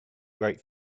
write